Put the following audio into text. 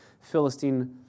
Philistine